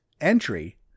entry